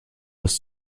ist